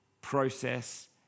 process